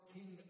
King